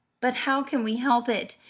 but how can we help it?